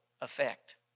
effect